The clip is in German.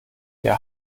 der